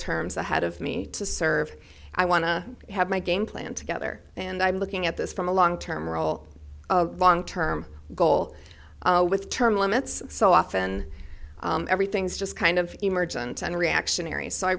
terms ahead of me to serve i want to have my game plan together and i'm looking at this from a long term role long term goal with term limits so often everything's just kind of emergent and reactionary so i